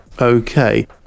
okay